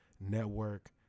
Network